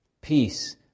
peace